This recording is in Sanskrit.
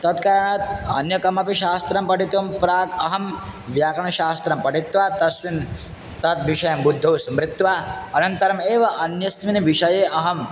तत्कारणात् अन्यकमपि शास्त्रं पठितुं प्राक् अहं व्याकरणशास्त्रं पठित्वा तस्मिन् तद्विषयं बुद्धौ स्मृत्वा अनन्तरम् एव अन्यस्मिन् विषये अहं